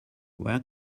where